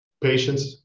Patience